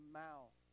mouth